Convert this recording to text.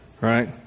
right